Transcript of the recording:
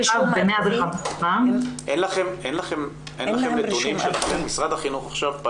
אין לכם נתונים לגבי כמה פנו למשרד החינוך?